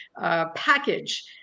package